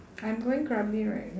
I'm going krabi right